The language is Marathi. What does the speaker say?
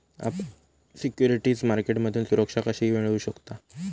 आपण सिक्युरिटीज मार्केटमधून सुरक्षा कशी मिळवू शकता?